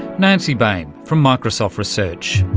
nancy baym from microsoft research.